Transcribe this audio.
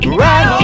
right